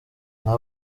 nka